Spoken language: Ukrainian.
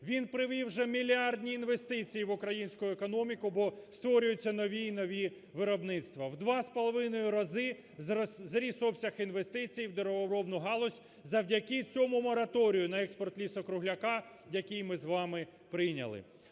вже привів мільярдні інвестиції в українську економіку, бо створюються нові і нові виробництва. В 2,5 рази зріс обсяг інвестицій в деревообробну галузь, завдяки цьому мораторію на експорт лісу-кругляка, який ми з вами прийняли.